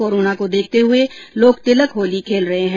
corona को देखते हुए लोग तिलक होली खेल रहे हैं